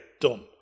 done